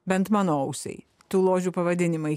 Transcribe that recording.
bent mano ausiai tų ložių pavadinimai